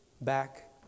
back